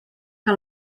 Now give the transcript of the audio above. que